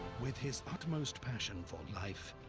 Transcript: with his upmost passion for life,